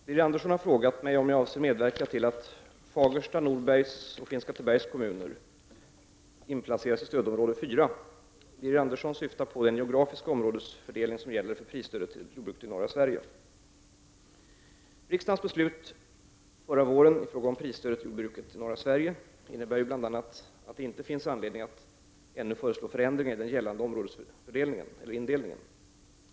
Herr talman! Birger Andersson har frågat mig om jag avser medverka till att Fagersta, Norbergs och Skinnskattebergs kommuner inplaceras i stödområde 4. Birger Andersson syftar på den geografiska områdesindelning som gäller för prisstödet till jordbruket i norra Sverige. Riksdagens beslut våren 1989 i fråga om prisstödet till jordbruket i norra Sverige innebär bl.a. att det inte finns anledning ännu att föreslå förändringar i den gällande områdesindelningen.